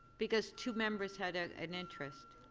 because two members had an an interest.